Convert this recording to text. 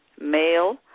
male